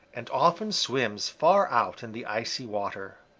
and often swims far out in the icy water.